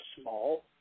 small